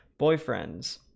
boyfriends